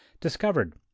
discovered